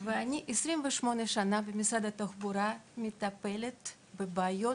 ואני 28 שנה במשרד התחבורה, אז אני מטפלת בבעיות